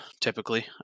typically